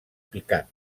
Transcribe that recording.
picat